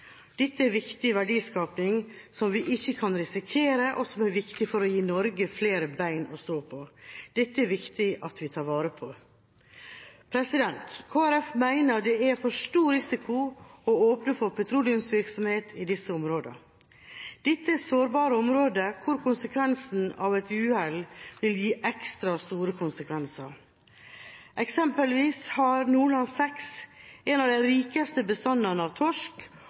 Dette er viktig verdiskaping som vi ikke kan risikere, og som er viktig for å gi Norge flere bein å stå på. Dette er det viktig at vi tar vare på. Kristelig Folkeparti mener det er for stor risiko å åpne for petroleumsvirksomhet i disse områdene. Dette er sårbare områder hvor konsekvensene av et uhell vil bli ekstra store. Eksempelvis har Nordland VI en av de rikeste bestandene av torsk